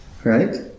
Right